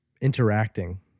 interacting